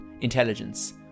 intelligence